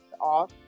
off